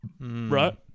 Right